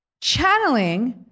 channeling